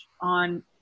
on